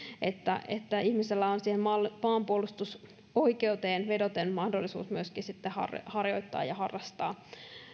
että että ihmisellä on siihen maanpuolustusoikeuteen vedoten mahdollisuus myöskin sitten harjoittaa ja harrastaa